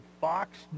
Fox